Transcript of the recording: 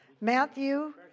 Matthew